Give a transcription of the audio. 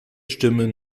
stimmen